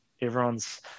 everyone's